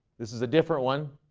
this is a different one